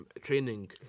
training